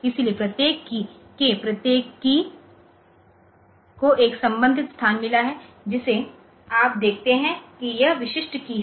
इसलिए प्रत्येक कीय k प्रत्येक कीय को एक संबंधित स्थान मिला है जिसे आप देखते हैं कि यह विशेष कीय है